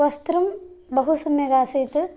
वस्त्रं बहु सम्यक् आसीत्